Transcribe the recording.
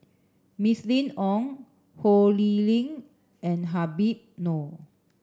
Mylene Ong Ho Lee Ling and Habib Noh